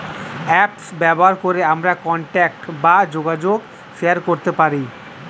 apps ব্যবহার করে আমরা কন্টাক্ট বা যোগাযোগ শেয়ার করতে পারি